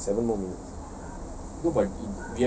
soon soon seven more minutes